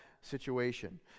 situation